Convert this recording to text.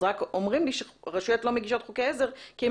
אז אומרים לי שרשויות לא מגישות חוקי עזר כי הן